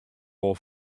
wol